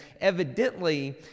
Evidently